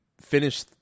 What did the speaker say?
finish